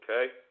Okay